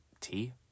Tea